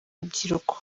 rubyiruko